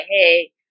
hey